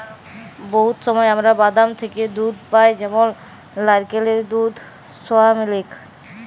বহুত সময় আমরা বাদাম থ্যাকে দুহুদ পাই যেমল লাইরকেলের দুহুদ, সয়ামিলিক